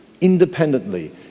independently